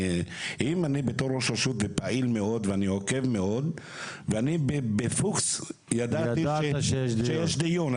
אם בתור ראש רשות ידעתי בפוקס שיש דיון,